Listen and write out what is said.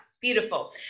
beautiful